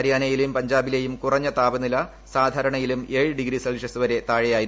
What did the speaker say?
ഹരിയാനയിലെയും പഞ്ചാബിലെയും കുറഞ്ഞ താപനില സാധാരണയിലും ഡിഗ്രി സെൽഷ്യസ് വരെ താഴെയായിരുന്നു